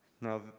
Now